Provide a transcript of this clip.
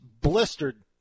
blistered